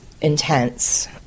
Intense